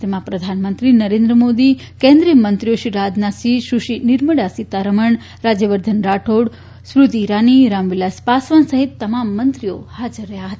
તેમાં પ્રધાનમંત્રી નરેન્દ્ર મોદી કેન્દ્રિયમંત્રીઓ શ્રી રાજનાથસિંહ સુશ્રી નિર્મળા સિતારમણ રાજયવર્ધન રાકોર સ્મૃતિ ઇરાની રામવિલાસ પાસવાન સહિત તમામ મંત્રીઓ હાજર રહ્યા હતા